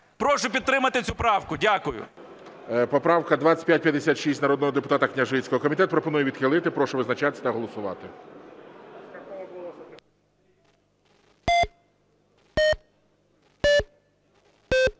Прошу підтримати цю правку. Дякую. ГОЛОВУЮЧИЙ. Поправка 2556 народного депутата Княжицького. Комітет пропонує відхилити. Прошу визначатися та голосувати.